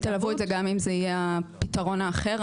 תלוו את זה גם אם זה יהיה הפתרון האחר?